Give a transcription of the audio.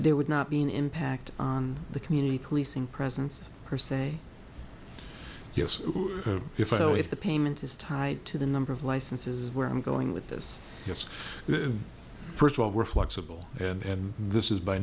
there would not be an impact on the community policing presence per se yes if i know if the payment is tied to the number of licenses where i'm going with this yes first of all we're flexible and this is by